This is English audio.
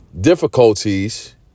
difficulties